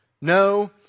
No